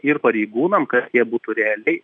ir pareigūnam kad jie būtų realiai